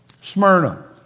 Smyrna